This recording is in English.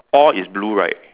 all is blue right